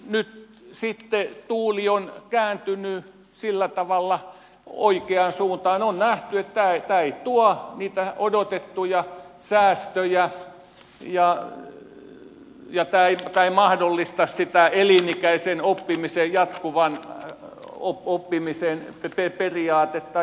nyt sitten tuuli on kääntynyt sillä tavalla oikeaan suuntaan että on nähty että tämä ei tuo niitä odotettuja säästöjä ja tämä ei mahdollista sitä elinikäisen oppimisen jatkuvan oppimisen periaatetta